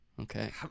okay